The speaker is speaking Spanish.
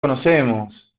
conocemos